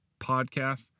Podcast